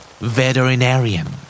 Veterinarian